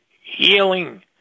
healing